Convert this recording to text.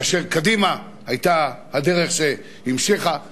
כאשר קדימה היתה הדרך שהמשיכה,